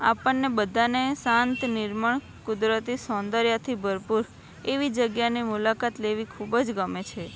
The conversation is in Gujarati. આપણને બધાને શાંત નિર્મળ કુદરતી સૌંદર્યથી ભરપૂર એવી જગ્યાની મુલાકાત લેવી ખૂબ જ ગમે છે